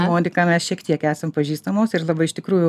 monika mes šiek tiek esam pažįstamos ir labai iš tikrųjų